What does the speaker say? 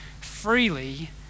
freely